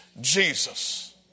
Jesus